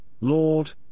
Lord